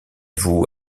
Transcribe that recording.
vous